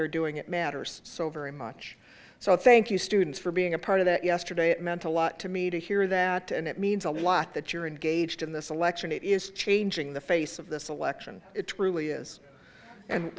they're doing it matters so very much so thank you students for being a part of that yesterday it meant a lot to me to hear that and it means a lot that you're in gauged in this election it is changing the face of this election it truly is and